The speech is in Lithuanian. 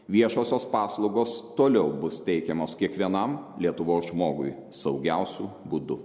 viešosios paslaugos toliau bus teikiamos kiekvienam lietuvos žmogui saugiausiu būdu